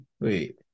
wait